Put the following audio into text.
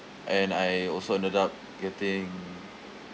and I also ended up getting